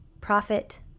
profit